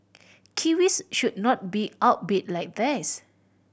kiwis should not be outbid like this